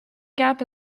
gap